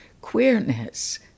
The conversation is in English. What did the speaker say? queerness